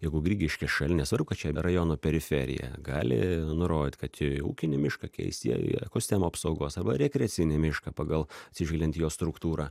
jeigu grigiškės šalia nesvarbu kad čia rajono periferija gali nurodyt kad ūkinį mišką keist į į ekostemų apsaugos arba rekreacinį mišką pagal atsižvelgiant į jo struktūrą